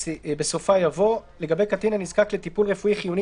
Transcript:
בסופה יבוא: "לגבי קטין הנזקק לטיפול רפואי חיוני